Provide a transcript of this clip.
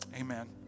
Amen